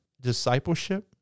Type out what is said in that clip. discipleship